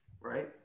Right